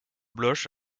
bloch